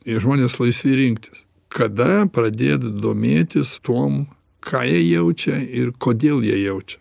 ir žmonės laisvi rinktis kada pradėt domėtis tuom ką jie jaučia ir kodėl jie jaučia